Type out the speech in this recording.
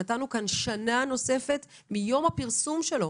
נתנו כאן שנה נוספת מיום הפרסום שלו.